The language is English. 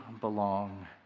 belong